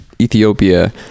Ethiopia